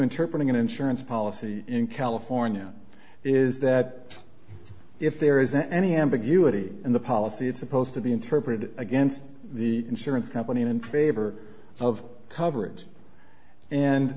interpret an insurance policy in california is that if there isn't any ambiguity in the policy it's supposed to be interpreted against the insurance company in favor of coverage and